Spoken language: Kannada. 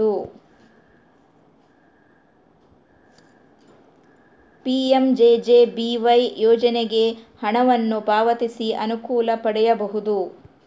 ಪಿ.ಎಂ.ಜೆ.ಜೆ.ಬಿ.ವೈ ಯೋಜನೆಗೆ ಹಣವನ್ನು ಪಾವತಿಸಿ ಅನುಕೂಲ ಪಡೆಯಬಹುದು